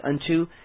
unto